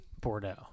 Bordeaux